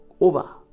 over